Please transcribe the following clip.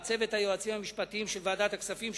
צוות היועצים המשפטיים של ועדת הכספים,